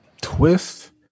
Twist